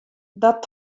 dat